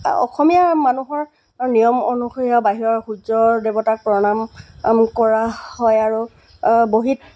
অসমীয়াৰ মানুহৰ নিয়ম অনুসৰি আৰু বাহিৰৰ সূৰ্যৰ দেৱতাক প্ৰণাম কৰা হয় আৰু বহীত